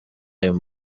ayo